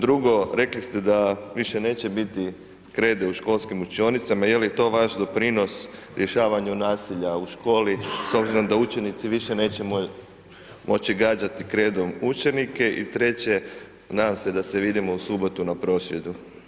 Drugo rekli ste da više neće biti krede u školskim učionicama je li to vaš doprinos rješavanju nasilja u školi s obzirom da učenici više neće moći gađati kredom učenike i treće nadam se da se vidimo u subotu na prosvjedu.